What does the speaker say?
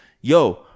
Yo